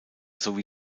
sowie